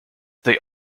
they